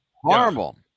Horrible